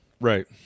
Right